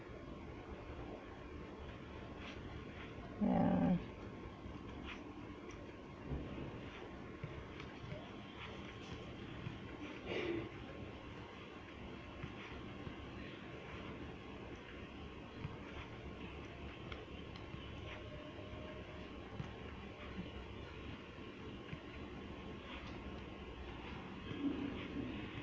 ya